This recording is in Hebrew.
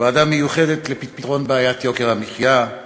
ועדה מיוחדת לפתרון יוקר המחיה,